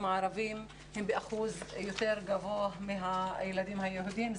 הערבים הם באחוז יותר גבוה מהילדים היהודים.